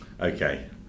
Okay